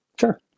sure